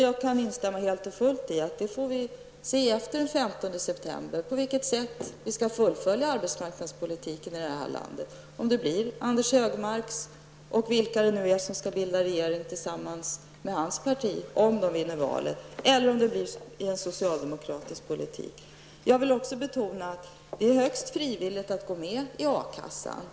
Jag kan instämma helt och fullt i att vi efter den 15 september får se på vilket sätt vi skall fullfölja arbetsmarknadspolitiken i landet, om det blir den politik som företräds av Anders G Högmark och de som skall bilda regering tillsammans med hans parti om de vinner valet eller om det blir en socialdemokratisk politik. Jag vill också betona att det är högst frivilligt att gå med i A-kassan.